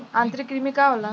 आंतरिक कृमि का होला?